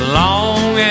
long